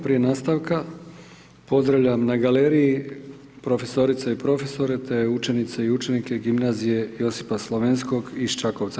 Prije nastavka, pozdravljam na galeriji profesorice i profesore te učenice i učenike Gimnazije Josipa Slavenskog iz Čakovca.